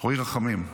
רועי רחמים,